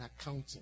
accounting